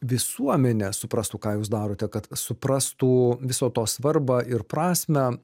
visuomenė suprastų ką jūs darote kad suprastų viso to svarbą ir prasmę